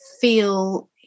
feel